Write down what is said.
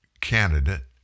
candidate